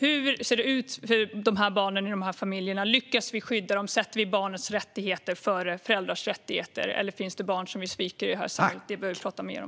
Hur ser det ut för barnen i dessa familjer? Lyckas vi skydda dem? Sätter vi barns rättigheter före föräldrars rättigheter, eller finns det barn som vi sviker? Det behöver vi prata mer om.